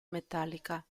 metallica